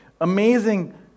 amazing